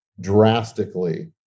drastically